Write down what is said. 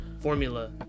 formula